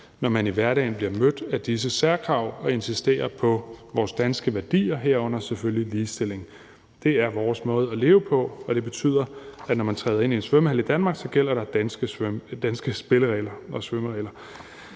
når man i hverdagen bliver mødt med disse særkrav, og insistere på vores danske værdier, herunder selvfølgelig ligestilling. Det er vores måde at leve på, og det betyder, at når man træder ind i en svømmehal i Danmark, gælder der danske spilleregler og svømmeregler.